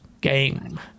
game